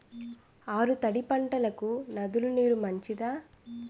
ఆరు తడి పంటలకు నదుల నీరు మంచిదా?